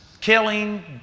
killing